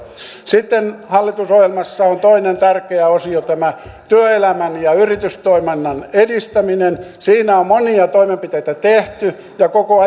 sitten hallitusohjelmassa on toinen tärkeä osio tämä työelämän ja yritystoiminnan edistäminen siinä on monia toimenpiteitä tehty ja koko